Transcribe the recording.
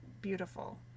beautiful